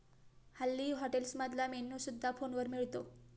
हल्ली हॉटेल्समधला मेन्यू सुद्धा फोनवर मिळतो